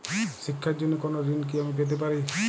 শিক্ষার জন্য কোনো ঋণ কি আমি পেতে পারি?